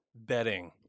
bedding